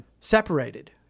separated